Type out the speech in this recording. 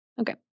Okay